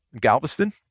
Galveston